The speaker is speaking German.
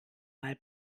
mal